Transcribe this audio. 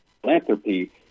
philanthropy